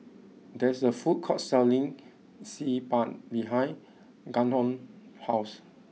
there is a food court selling Xi Ban behind Gannon house